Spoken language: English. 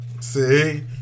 see